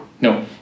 no